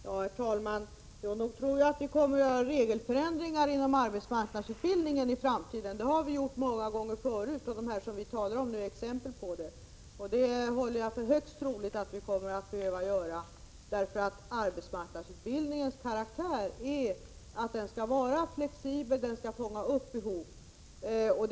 Herr talman! Jag tror att det kommer att göras regelförändringar inom arbetsmarknadsutbildningen i framtiden. Det har gjorts förändringar tidigare, och det vi nu talar om är exempel på sådana. Jag håller det för högst troligt, därför att arbetsmarknadsutbildningen har den karaktären att den skall vara flexibel och fånga upp behoven.